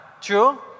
True